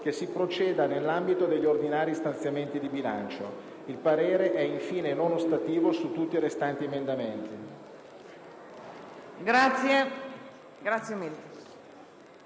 che si proceda nell'ambito degli ordinari stanziamenti di bilancio. Il parere è infine non ostativo su tutti i restanti emendamenti».